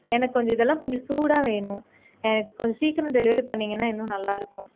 எனக்கு கொஞ்சம் இதெல்லாம் கொஞ்சம் சூடாக வேணும் கொஞ்சம் சீக்கிரம் டெலிவெரி பண்ணிங்கன்னால் இன்னும் நல்லா இருக்கும்